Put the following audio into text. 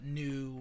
new